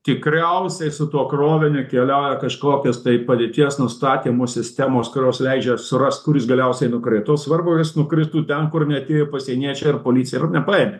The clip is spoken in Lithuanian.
tikriausiai su tuo kroviniu keliauja kažkokios tai padėties nustatymo sistemos kurios leidžia surast kur jis galiausiai nukrito svarbu ka jis nukristų ten kur neatėjo pasieniečiai ir policija jo nepaėmė